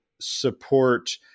support